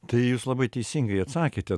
tai jūs labai teisingai atsakėte